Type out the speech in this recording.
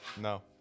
No